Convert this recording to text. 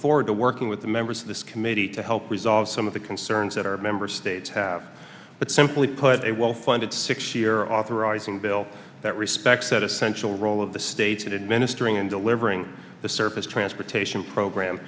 forward to working with the members of this committee to help resolve some of the concerns that our member states have but simply put a well funded six year authorizing bill that respects that essential role of the state administering and delivering the surface transportation program